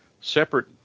separate